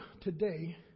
today